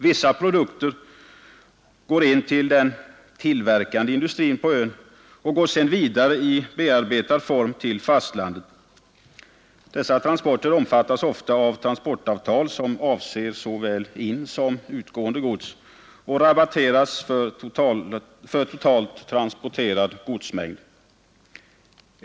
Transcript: Vissa produkter går in till den ”tillverkande industrin” på ön och går sedan vidare i bearbetad form till fastlandet. Dessa transporter omfattas ofta av transportavtal, som avser såväl insom utgående gods och rabatteras för total transporterad godsmängd.